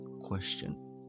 question